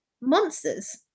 monsters